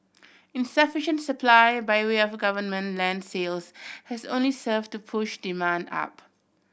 insufficient supply by way of government land sales has only served to push demand up